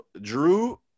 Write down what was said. Drew